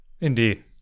Indeed